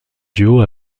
duo